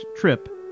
trip